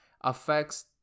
affects